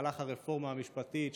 במהלך הרפורמה המשפטית,